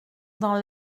dans